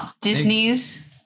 Disney's